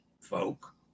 folk